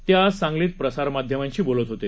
ते आज सांगलीत प्रसार माध्यमांशी बोलत होते